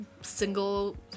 single